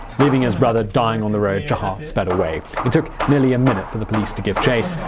leaving his brother dying on the road, jahar sped away. it took nearly a minute for the police to give chase.